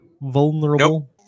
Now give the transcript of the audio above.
vulnerable